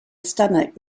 stomach